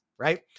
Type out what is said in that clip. right